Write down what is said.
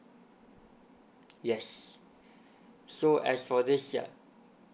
yes so as for this yup